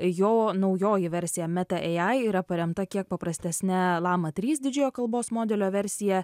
jo naujoji versija meta ai yra paremta kiek paprastesne lama trys didžiojo kalbos modelio versija